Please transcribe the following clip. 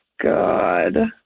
God